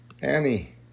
Annie